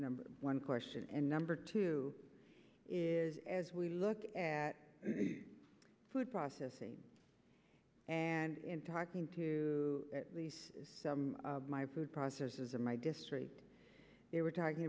number one question and number two is as we look at food processing and in talking to some of my food processors in my district they were talking